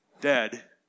dead